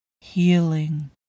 Healing